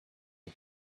had